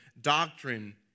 doctrine